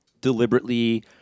deliberately